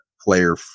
player